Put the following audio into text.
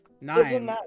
nine